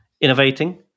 innovating